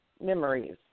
memories